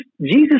Jesus